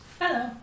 Hello